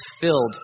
filled